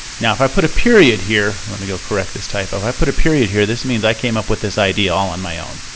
now if i put a period here, let me go correct this typo, if i put a period here this means i came up with this idea on my own.